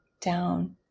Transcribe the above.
down